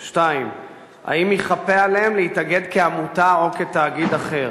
2. האם ייכפה עליהן להתאגד כעמותה או תאגיד אחר?